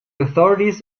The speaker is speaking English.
authorities